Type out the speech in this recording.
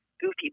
goofy